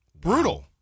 Brutal